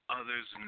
others